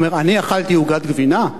הוא אומר: אני אכלתי עוגת גבינה?